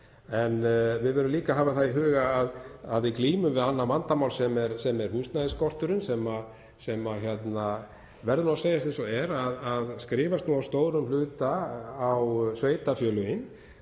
En við verðum líka að hafa það í huga að við glímum við annað vandamál sem er húsnæðisskorturinn, sem verður að segjast eins og er að skrifast að stórum hluta á sveitarfélögin,